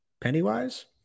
Pennywise